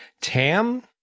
Tam